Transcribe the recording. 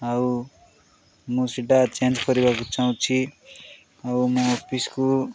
ଆଉ ମୁଁ ସେଟା ଚେଞ୍ଜ୍ କରିବାକୁ ଚାହୁଁଛି ଆଉ ମୋ ଅଫିସ୍କୁ